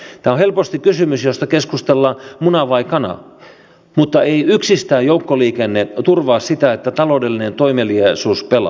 tämä on helposti kysymys josta keskustellaan muna vai kana mutta ei yksistään joukkoliikenne turvaa sitä että taloudellinen toimeliaisuus pelaa